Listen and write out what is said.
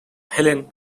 helen